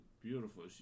beautiful